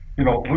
you know,